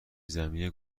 زمینی